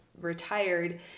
retired